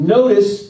Notice